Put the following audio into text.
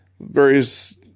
various